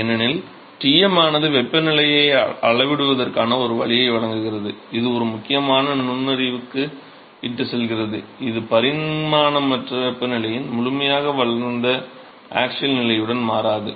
ஏனெனில் Tm ஆனது வெப்பநிலையை அளவிடுவதற்கான ஒரு வழியை வழங்குகிறது இது ஒரு முக்கியமான நுண்ணறிவுக்கு இட்டுச் செல்கிறது இது பரிமாணமற்ற வெப்பநிலையின் முழுமையாக வளர்ந்த ஆக்ஸியல் நிலையுடன் மாறாது